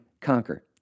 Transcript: conquer